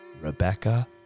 Rebecca